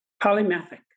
Polymathic